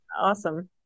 awesome